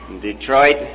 Detroit